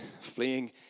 fleeing